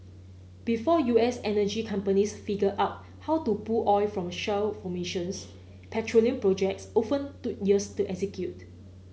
before U S energy companies figure out how to pull oil from shale formations petroleum projects often took years to execute